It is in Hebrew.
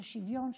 של שוויון,